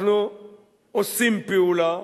אנחנו עושים פעולה,